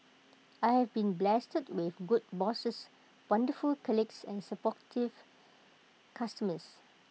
I have been blessed with good bosses wonderful colleagues and supportive customers